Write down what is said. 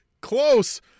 Close